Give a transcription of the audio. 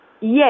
Yes